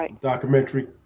documentary